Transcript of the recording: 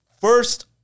First